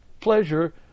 pleasure